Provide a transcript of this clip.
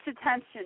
attention